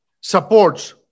supports